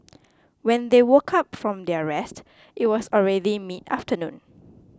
when they woke up from their rest it was already midafternoon